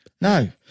No